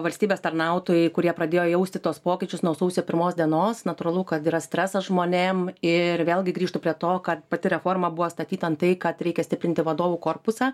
valstybės tarnautojai kurie pradėjo jausti tuos pokyčius nuo sausio pirmos dienos natūralu kad yra stresas žmonėm ir vėlgi grįžtu prie to kad pati reforma buvo statyta ant tai kad reikia stiprinti vadovų korpusą